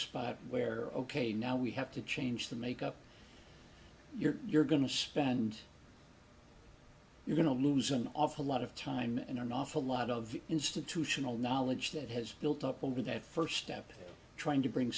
spot where ok now we have to change the makeup you're you're going to spend you're going to lose an awful lot of time and an awful lot of institutional knowledge that has built up over that first step trying to bring